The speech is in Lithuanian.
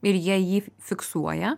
ir jie jį fiksuoja